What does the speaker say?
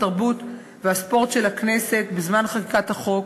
התרבות והספורט של הכנסת בזמן חקיקת החוק.